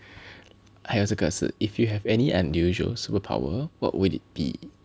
还有这个是 so if you have any unusual superpower what would it be okay